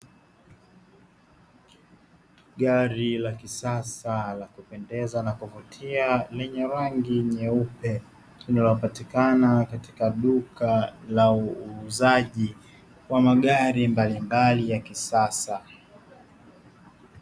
Gari la kisasa la kupendeza na kuvutia lenye rangi nyeupe, linalopatikana katika duka la uuzaji wa magari mbalimbali ya kisasa.